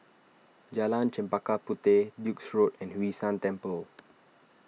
Jalan Chempaka Puteh Duke's Road and Hwee San Temple